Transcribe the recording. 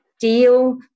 deal